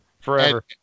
Forever